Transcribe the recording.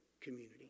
community